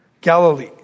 Galilee